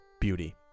beauty